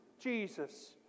Jesus